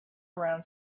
around